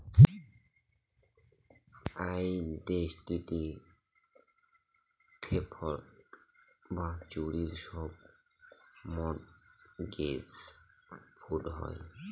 identity theft বা চুরির সব মর্টগেজ ফ্রড হয়